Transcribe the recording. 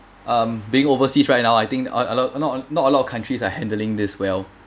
um being overseas right now I think a a lot a lot uh not a lot of countries are handling this well